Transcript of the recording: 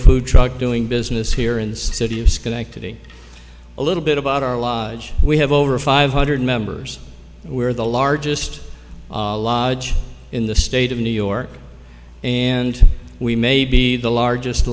food truck doing business here in the city of schenectady a little bit about our lodge we have over five hundred members we are the largest in the state of new york and we may be the largest